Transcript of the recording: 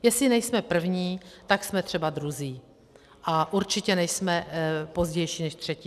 Jestli nejsme první, tak jsme třeba druzí, ale určitě nejsme pozdější než třetí.